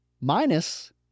minus